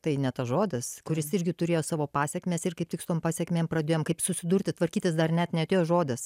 tai ne tas žodis kuris irgi turėjo savo pasekmes ir kaip tik su tom pasekmėm pradėjom kaip susidurti tvarkytis dar net neatėjo žodis